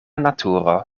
naturo